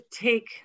take